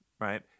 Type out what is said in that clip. right